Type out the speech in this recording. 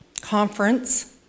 conference